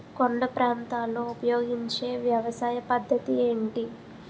కొండ ప్రాంతాల్లో ఉపయోగించే వ్యవసాయ పద్ధతి ఏంటి?